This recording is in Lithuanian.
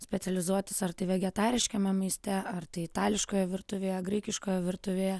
specializuotis ar tai vegetariškame maiste ar tai itališkoje virtuvėje graikiškoje virtuvėje